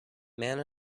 man